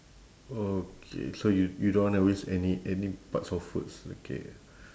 okay so y~ you don't wanna waste any any parts of food okay